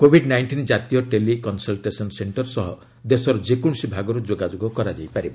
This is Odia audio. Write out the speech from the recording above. କୋଭିଡ୍ ନାଇଷ୍ଟିନ୍ ଜାତୀୟ ଟେଲି କନ୍ସଲଟେସନ୍ ସେଣ୍ଟର ସହ ଦେଶର ଯେକୌଣସି ଭାଗରୁ ଯୋଗାଯୋଗ କରାଯାଇ ପାରିବ